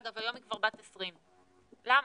אגב, היום היא כבר בת 20. למה?